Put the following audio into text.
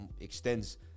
extends